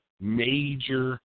Major